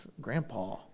grandpa